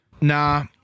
Nah